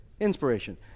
inspiration